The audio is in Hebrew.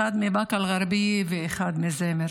אחד מבאקה אל-גרבייה ואחד מזמר.